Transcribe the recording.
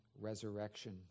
resurrection